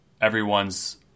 everyone's